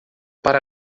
para